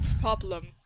problem